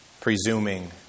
Presuming